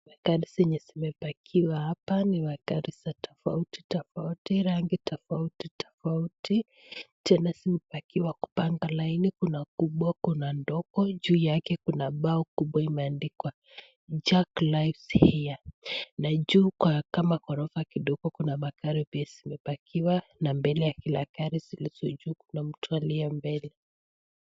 Magari zenye zimepakiwa hapa ni magari za tofauti tofauti, rangi tofauti tofauti tena zimepakiwa kupanga laini .Kuna kubwa kuna ndogo. Juu yake kuna bango kubwa imeandikwa 'Jack Lives Here' .Na juu kwa kama ghorofa kidogo kuna magari pia zimepakiwa na mbele ya kila gari zilizo juu kuna mtu aliye mbele.